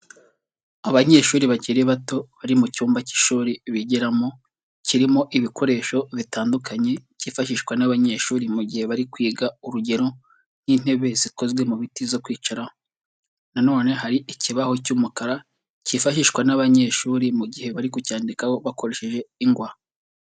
Abanyeshuri bakiri bato bari mu cyumba cy'ishuri bigiramo, kirimo ibikoresho bitandukanye, byifashishwa n'abanyeshuri mu gihe bari kwiga, urugero: nk'intebe zikozwe mu biti zo kwicaraho. Na none hari ikibaho cy'umukara, cyifashishwa n'abanyeshuri mu gihe bari kucyandikaho bakoresheje ingwa.